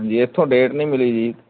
ਹਾਂਜੀ ਇੱਥੋਂ ਡੇਟ ਨਹੀਂ ਮਿਲੀ ਜੀ